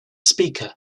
speaker